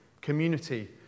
community